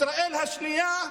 ישראל השנייה,